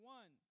one